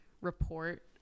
report